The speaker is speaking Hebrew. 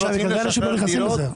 אתם רוצים לשחרר דירות?